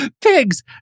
Pigs